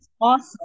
awesome